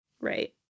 Right